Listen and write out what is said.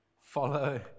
follow